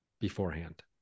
beforehand